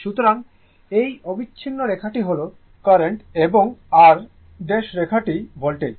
সুতরাং এই অবিচ্ছিন্ন রেখাটি হল কারেন্ট এবং আর ড্যাশ রেখাটি ভোল্টেজ